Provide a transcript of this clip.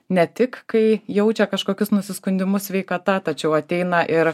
ne tik kai jaučia kažkokius nusiskundimus sveikata tačiau ateina ir